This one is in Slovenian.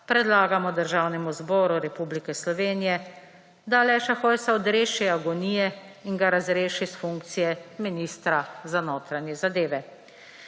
predlagamo Državnemu zboru Republike Slovenije, da Aleša Hojsa odreši agonije in ga razreši s funkcije ministra za notranje zadeve.